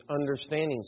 understanding